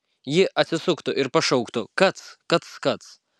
ji atsisuktų ir pašauktų kac kac kac